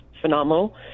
phenomenal